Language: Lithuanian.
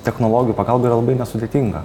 technologijų pagalba yra labai nesudėtinga